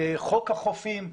חוק החופים,